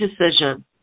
decision